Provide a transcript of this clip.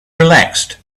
relaxed